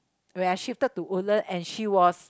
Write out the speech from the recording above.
when I shifted to Woodlands and she was